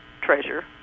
treasure